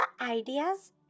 ideas